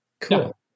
Cool